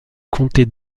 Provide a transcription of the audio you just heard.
comtés